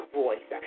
voice